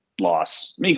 loss